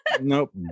nope